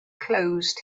closed